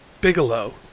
Bigelow